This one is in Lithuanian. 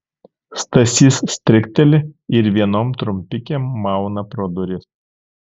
stasys strikteli ir vienom trumpikėm mauna pro duris